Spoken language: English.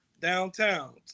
downtown